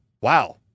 wow